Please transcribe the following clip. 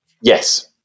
Yes